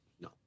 No